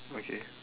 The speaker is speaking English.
okay